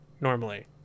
normally